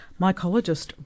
mycologist